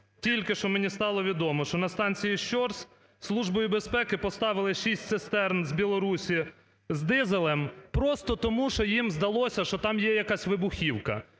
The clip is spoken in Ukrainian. тільки що мені стало відомо, що на станції "Щорс" Службою безпеки поставили шість цистерн з Білорусії з дизелем просто тому, що їм здалося, що там є якась вибухівка.